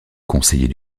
conseiller